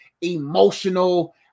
emotional